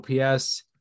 OPS